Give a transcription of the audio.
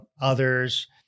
others